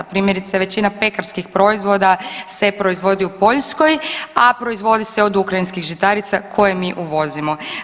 Primjerice, većina pekarskih proizvoda se proizvodi u Poljskoj, a proizvodi se od ukrajinskih žitarica koje mi uvozimo.